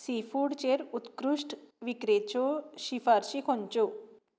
C फूडचेर उत्कृश्ट विकरेच्यो शिफारशी खंयच्यो